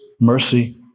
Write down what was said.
mercy